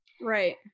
Right